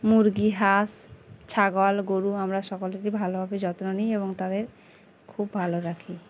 মুরগি হাঁস ছাগল গরু আমরা সকলকে ভালোভাবে যত্ন নিই এবং তাদের খুব ভালো রাখি